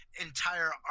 entire